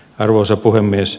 arvoisa puhemies